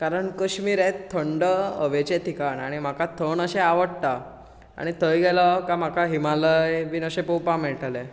कारण कश्मीर हे थंड हवेचें ठिकाण आनी म्हाका थंड अशें आवडटा आनी थंय गेलो का म्हाका हिमालय बीन अशें पळोवपाक मेळटले